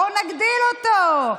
בואו נגדיל אותו.